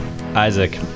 Isaac